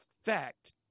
effect